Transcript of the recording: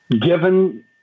given